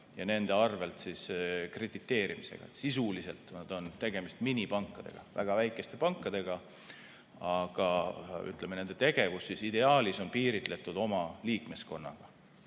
ja nende arvel krediteerimisega. Sisuliselt on tegemist minipankadega, väga väikeste pankadega. Nende tegevus ideaalis on piiritletud oma liikmeskonnaga.